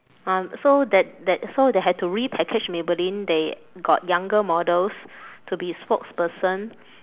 um so that that so they have to repackage maybelline they got younger models to be spokesperson